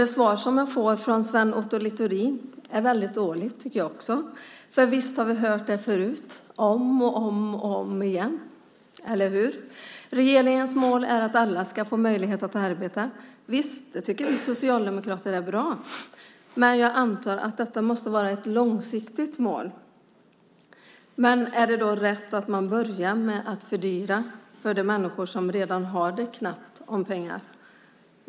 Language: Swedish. Det svar som jag får från Sven Otto Littorin är väldigt dåligt, tycker jag också. Visst har vi hört det förut, om och om igen. Regeringens mål är att alla ska få möjlighet att arbeta. Det tycker vi socialdemokrater är bra. Jag antar att det måste vara ett långsiktigt mål. Är det då rätt att börja med att fördyra för dem som redan har knappt om pengar?